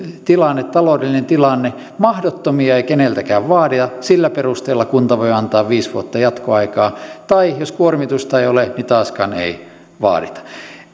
tilanne taloudellinen tilanne mahdottomia ei keneltäkään vaadita sillä perusteella kunta voi antaa viisi vuotta jatkoaikaa tai jos kuormitusta ei ole niin taaskaan ei vaadita